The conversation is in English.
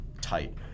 tight